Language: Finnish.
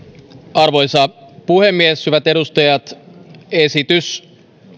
arvoisa puhemies hyvät edustajat esitys